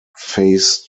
phase